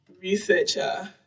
researcher